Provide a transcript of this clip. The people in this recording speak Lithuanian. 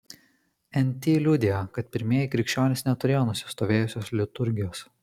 nt liudija kad pirmieji krikščionys neturėjo nusistovėjusios liturgijos